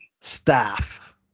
staff